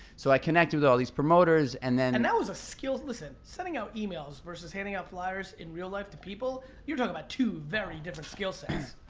so i connected with all these promoters. and and that was a skill, listen. sending out emails versus handing out fliers in real life to people, you're talking about two very different skillsets.